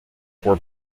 were